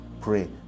pray